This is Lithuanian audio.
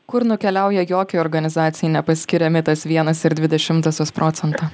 kur nukeliauja jokiai organizacijai nepaskiriami tas vienas ir dvi dešimtosios procento